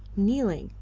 kneeling,